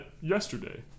yesterday